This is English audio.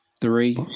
Three